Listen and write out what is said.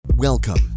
Welcome